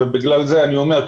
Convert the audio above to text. ובגלל זה אני אומר,